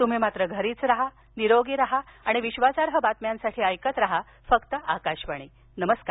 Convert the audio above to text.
तुम्ही मात्र घरीच राहा निरोगी राहा आणि विश्वासार्ह बातम्यांसाठी ऐकत राहा आकाशवाणी नमस्कार